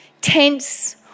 tense